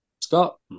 Scott